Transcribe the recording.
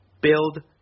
Build